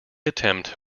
attempt